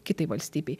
kitai valstybei